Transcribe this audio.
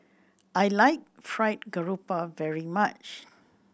I like Fried Garoupa very much